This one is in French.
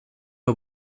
aux